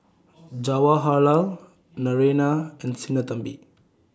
Jawaharlal Naraina and Sinnathamby